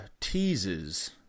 teases